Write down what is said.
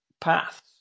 paths